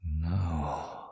No